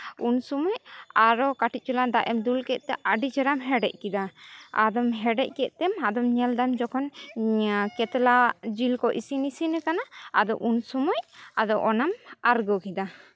ᱩᱱ ᱥᱚᱢᱚᱭ ᱟᱨᱚ ᱠᱟᱹᱴᱤᱡ ᱪᱮᱞᱟᱝ ᱫᱟᱜ ᱮᱢ ᱫᱩᱞ ᱠᱮᱫ ᱛᱮ ᱟᱹᱰᱤ ᱪᱮᱦᱨᱟᱢ ᱦᱮᱰᱮᱡ ᱠᱮᱫᱟ ᱟᱫᱚᱢ ᱦᱮᱰᱮᱡ ᱠᱮᱫᱛᱮ ᱧᱮᱞᱫᱟᱢ ᱡᱚᱠᱷᱚᱱ ᱠᱟᱛᱞᱟ ᱟᱜ ᱡᱤᱞ ᱠᱚ ᱤᱥᱤᱱ ᱤᱥᱤᱱ ᱠᱟᱱᱟ ᱟᱫᱚ ᱩᱱ ᱥᱚᱢᱚᱭ ᱟᱫᱚ ᱚᱱᱟᱢ ᱟᱬᱜᱚ ᱠᱮᱫᱟ